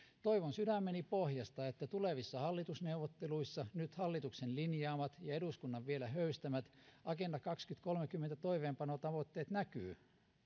toivon sydämeni pohjasta että tulevissa hallitusneuvotteluissa nyt hallituksen linjaamat ja eduskunnan vielä höystämät agenda kaksituhattakolmekymmentä toimeenpanotavoitteet näkyvät